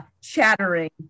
chattering